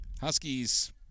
Huskies